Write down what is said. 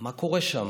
מה קורה שם?